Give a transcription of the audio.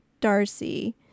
Darcy